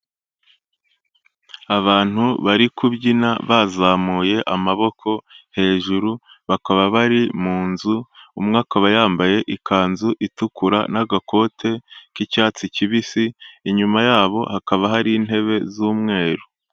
Abantu bari kubyina bazamuye amaboko hejuru, bakaba bari mu nzu, umwe akaba yambaye ikanzu itukura n'agakote k'icyatsi kibisi, inyuma yabo hakaba hari intebe z'umweru.